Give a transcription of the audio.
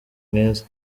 mwiza